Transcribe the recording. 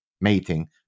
mating